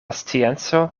scienco